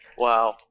Wow